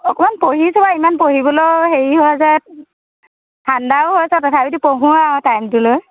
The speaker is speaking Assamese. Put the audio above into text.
অকণমান পঢ়িছোঁ বাৰু ইমান পঢ়িবলৈয়ো হেৰি হৈ যায় ঠাণ্ডাও হৈছে তথাপিতো পঢ়ো আৰু টাইমটো লৈ